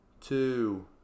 two